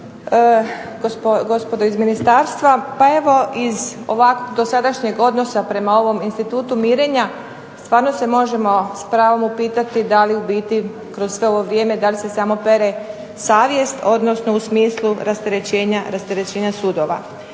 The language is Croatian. gospodo iz ministarstva. Pa evo iz dosadašnjeg odnosa prema ovom institutu mirenja stvarno se možemo s pravom upitati da li u biti kroz sve ovo vrijeme da li se samo pere savjest, odnosno u smislu rasterećenja sudova.